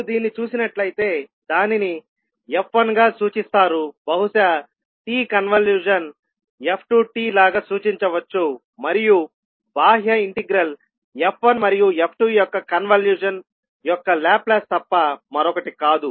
మీరు దీన్ని చూసినట్లయితే దానిని f1 గా సూచిస్తారు బహుశా t కన్వల్యూషన్ f2 t లాగా సూచించవచ్చు మరియు బాహ్య ఇంటిగ్రల్ f1 మరియు f2 యొక్క కన్వల్యూషన్ యొక్క లాప్లాస్ తప్ప మరొకటి కాదు